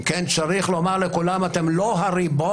אם כן, צריך לומר לכולם: אתם לא הריבון.